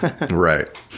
Right